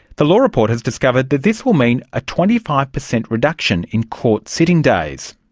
the law report has discovered that this will mean a twenty five percent reduction in court sitting days.